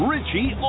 Richie